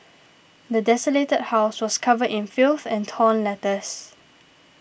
the desolated house was covered in filth and torn letters